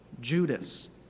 Judas